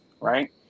Right